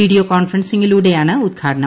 video കോൺഫറൻസിംഗിലൂടെയാണ് ഉദ്ഘാടനം